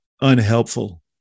unhelpful